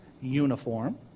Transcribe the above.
uniform